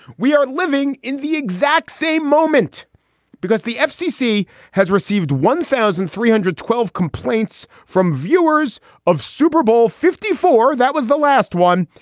we are living in the exact same moment because the fcc has received one thousand three hundred and twelve complaints from viewers of super bowl fifty four. that was the last one.